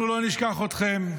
אנחנו לא נשכח אתכם,